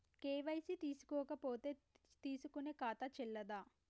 KYC చేసుకోకపోతే తీసుకునే ఖాతా చెల్లదా?